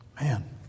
Man